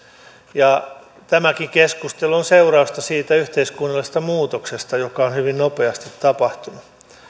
ja tämäkin keskustelu on seurausta siitä yhteiskunnallisesta muutoksesta joka on hyvin nopeasti tapahtunut